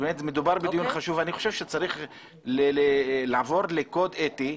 באמת מדובר בדיון חשוב ואני חושב שצריך לעבור לקוד אתי,